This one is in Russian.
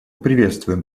приветствуем